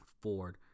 ford